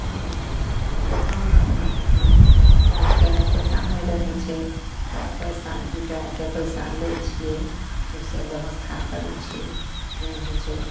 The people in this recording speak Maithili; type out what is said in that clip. दोकान अपना लैके पइसा नहि रहै छै तऽ पइसा जुटैके पइसा लै छिए लोकसे बेबस्था करै छिए नहि होइ छै